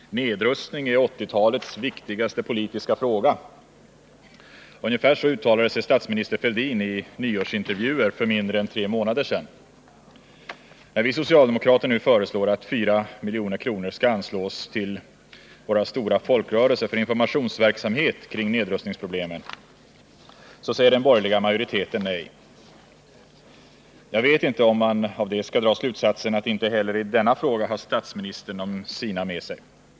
Herr talman! Nedrustning är 1980-talets viktigaste politiska fråga. Ungefär så uttalade sig statsminister Fälldin i nyårsintervjuer för mindre än tre månader sedan. När vi socialdemokrater nu föreslår att 4 milj.kr. skall anslås till våra stora folkrörelser för informationsverksamhet kring nedrustningsproblemen, säger den borgerliga majoriteten nej. Jag vet inte om man av det skall dra slutsatsen att statsministern inte heller i denna fråga har de sina med sig.